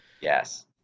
Yes